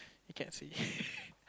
we can't see